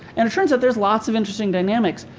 and it turns out, there's lots of interesting dynamics.